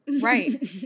Right